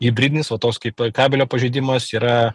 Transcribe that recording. hibridinis o toks kaip kabelio pažeidimas yra